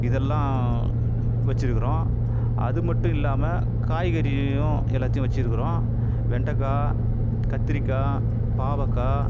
இதெல்லாம் வச்சுருக்குறோம் அது மட்டும் இல்லாமல் காய்கறியையும் எல்லாத்தையும் வச்சுருக்குறோம் வெண்டக்காய் கத்திரிக்காய் பாவக்காய்